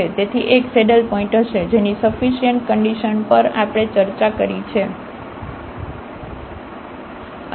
તેથી તે એક સેડલપોઇન્ટ હશે જેની સફીશીઅન્ટ કન્ડિશન પર આપણે ચર્ચા કરી છે